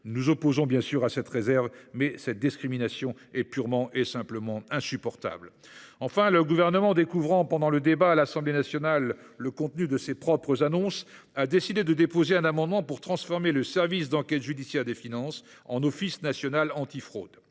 nous opposons bien sûr à cette réserve, mais cette discrimination est purement et simplement insupportable. Enfin, le Gouvernement, découvrant pendant le débat à l’Assemblée nationale le contenu de ses propres annonces, a décidé de déposer un amendement pour transformer le service d’enquêtes judiciaires des finances en Office national antifraude.